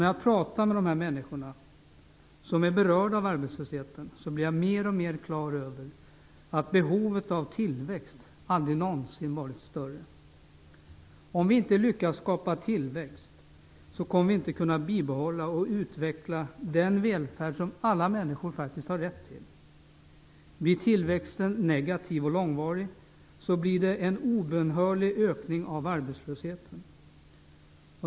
När jag pratar med de människor som är berörda av arbetslösheten blir jag mer och mer klar över att behovet av tillväxt aldrig någonsin varit större. Om vi inte lyckas skapa tillväxt kommer vi inte att kunna bibehålla och utveckla den välfärd som alla människor faktiskt har rätt till. Blir tillväxten negativ och långvarig blir det en obönhörlig ökning av arbetslösheten.